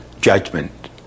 judgment